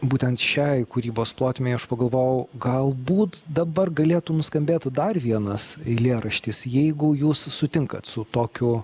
būtent šiai kūrybos plotmei aš pagalvojau galbūt dabar galėtų nuskambėt dar vienas eilėraštis jeigu jūs sutinkat su tokiu